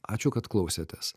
ačiū kad klausėtės